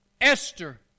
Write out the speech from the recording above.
Esther